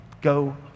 go